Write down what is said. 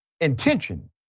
intention